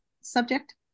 subject